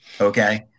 Okay